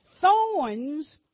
Thorns